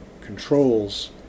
controls